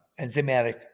enzymatic